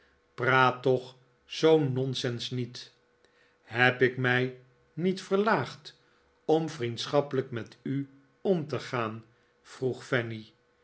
praat toch zoo'n nonsens niet heb ik mij niet verlaagd om vriendschappelijk met u om te gaan vroeg fanny